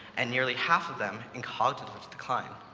and nearly half of them in cognitive decline.